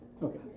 Okay